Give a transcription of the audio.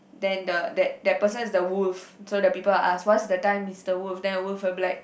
then the that that person is the wolf so the people will ask what's the time mister wolf then the wolf will be like